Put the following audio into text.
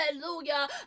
Hallelujah